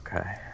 Okay